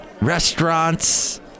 restaurants